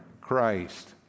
Christ